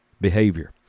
behavior